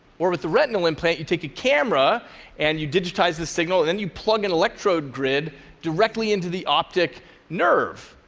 or, with the retinal implant, you take a camera and you digitize the signal, and then you plug an electrode grid directly into the optic nerve.